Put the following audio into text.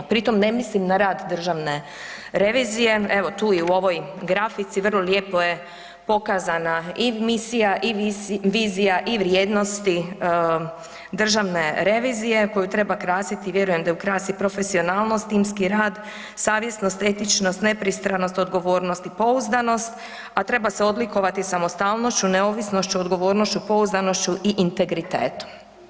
Pri tom ne mislim na rad državne revizije, evo tu i u ovoj grafici vrlo lijepo je pokazana i misija i vizija i vrijednosti državne revizije koju treba krasiti, vjerujem da ju krasi profesionalnost, timski rad, savjesnost, etičnost, nepristranost, odgovornost i pouzdanost, a treba se odlikovati samostalnošću, neovisnošću, odgovornošću, pouzdanošću i integritetom.